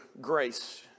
grace